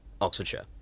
Oxfordshire